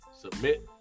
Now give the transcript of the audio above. submit